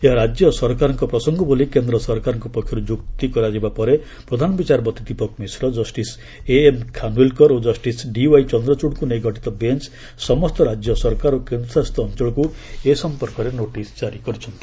ଏହା ରାଜ୍ୟ ସରକାରଙ୍କ ପ୍ରସଙ୍ଗ ବୋଲି କେନ୍ଦ୍ର ସରକାରଙ୍କ ପକ୍ଷର୍ତ ଯୁକ୍ତି କରାଯିବା ପରେ ପ୍ରଧାନ ବିଚାରପତି Dipak Misra justice A M Khanwilkar ଏବଂ ଜଷ୍ଟିସ୍ ଡିୱାଇ ଚନ୍ଦ୍ରଚଡ଼ଙ୍କୁ ନେଇ ଗଠିତ ବେଞ୍ଚ୍ ସମସ୍ତ ରାଜ୍ୟ ସରକାର ଓ କେନ୍ଦ୍ରଶାସିତ ଅଞ୍ଚଳକୁ ଏ ସମ୍ପର୍କରେ ନୋଟିସ୍ ଜାରି କରିଛନ୍ତି